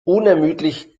unermüdlich